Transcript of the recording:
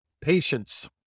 patience